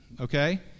okay